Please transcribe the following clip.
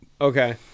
Okay